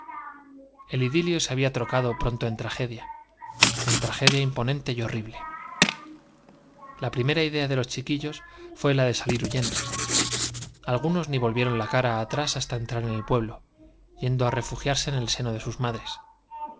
el idilio se había trocado pronto en tragedia en tragedia imponente y horrible la primera idea de los chiquillos fué la de salir huyendo algunos ni volvieron la cara atrás hasta entrar en el pueblo yendo á refugiarse en el seno de sus madres